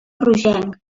rogenc